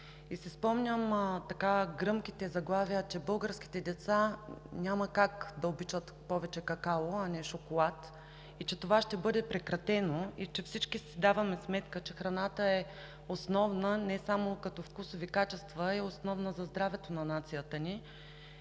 и си спомням гръмките заглавия, че българските деца няма как да обичат повече какао, а не шоколад и че това ще бъде прекратено. Всички си даваме сметка, че храната е основна не само като вкусови качества, а е основна за здравето на нацията ни.